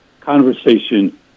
Conversation